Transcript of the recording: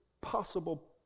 possible